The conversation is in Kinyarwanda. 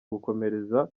gukomereza